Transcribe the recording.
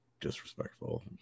disrespectful